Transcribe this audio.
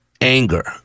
Anger